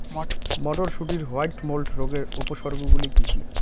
মটরশুটির white mould রোগের উপসর্গগুলি কী কী?